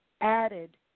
added